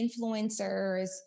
influencers